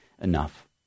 enough